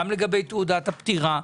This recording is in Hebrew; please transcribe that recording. גם לגבי תעודת הפטירה.